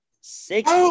Six